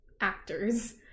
actors